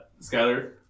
Skyler